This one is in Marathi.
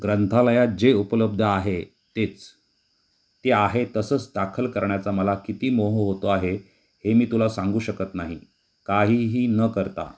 ग्रंथालयात जे उपलब्ध आहे तेच ते आहे तसंच दाखल करण्याचा मला किती मोह होतो आहे हे मी तुला सांगू शकत नाही काहीही न करता